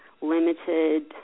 limited